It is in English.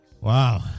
Wow